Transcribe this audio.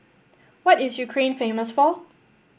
what is Ukraine famous for